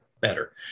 better